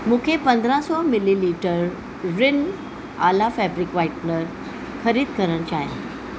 मूंखे पंदरहां सौ मिलीलीटर रिन आला फैब्रिक व्हाइटनर ख़रीद करणु चाहियां थी